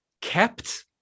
kept